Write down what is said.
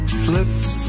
slips